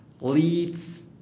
leads